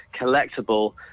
collectible